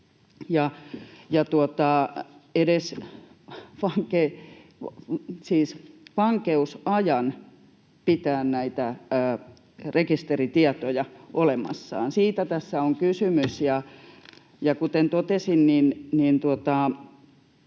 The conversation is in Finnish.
ja edes vankeusajan pitää näitä rekisteritietoja olemassa. Siitä tässä on kysymys, ja kuten totesin,